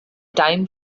time